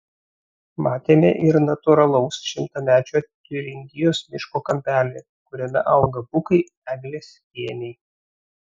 matėme ir natūralaus šimtamečio tiuringijos miško kampelį kuriame auga bukai eglės kėniai